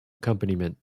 accompaniment